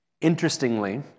Interestingly